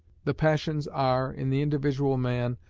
the passions are, in the individual man,